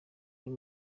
uyu